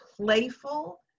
playful